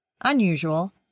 Unusual